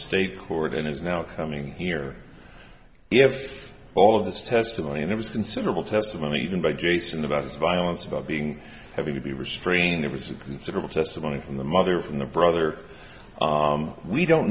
state court and there's no coming here if all of this testimony and it was considerable testimony even by jason about violence about being having to be restrained there was considerable testimony from the mother from the brother we don't